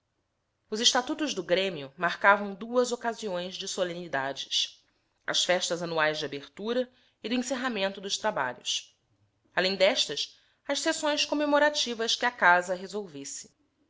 os estatutos do grêmio marcavam duas ocasiões de solenidades as festas anuais de abertura e do encerramento dos trabalhos além destas as sessões comemorativas que a casa resolvesse